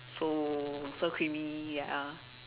so so creamy ya